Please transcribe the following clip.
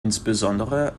insbesondere